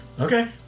Okay